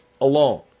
alone